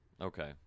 okay